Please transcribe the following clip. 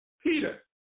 Peter